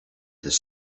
this